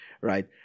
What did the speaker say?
right